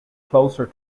closer